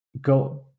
go